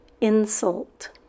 Insult